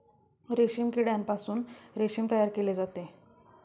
रेशीम किड्यापासून रेशीम तयार केले जाते